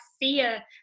fear